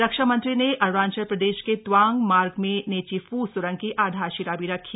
रक्षा मंत्री ने अरूणाचल प्रदेश के तवांग मार्ग में नेचीफ् स्रंग की आधारशिला भी रखी